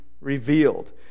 revealed